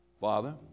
father